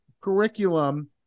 curriculum